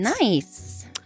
Nice